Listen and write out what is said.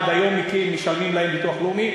עד היום משלמים להם ביטוח לאומי.